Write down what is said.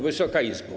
Wysoka Izbo!